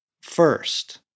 first